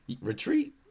Retreat